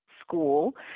school